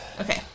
Okay